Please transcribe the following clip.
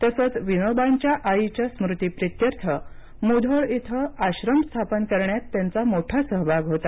तसंच विनोबांच्या आईच्या स्मृतिप्रीत्यर्थ मुधोळ इथे आश्रम स्थापन करण्यात त्यांचा मोठा सहभाग होता